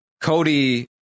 Cody